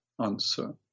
answer